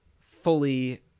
fully